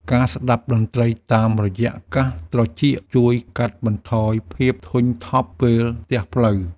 ការស្ដាប់តន្ត្រីតាមរយៈកាសត្រចៀកជួយកាត់បន្ថយភាពធុញថប់ពេលស្ទះផ្លូវ។